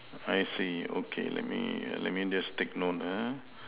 I see okay let me let me just take note ah